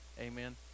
Amen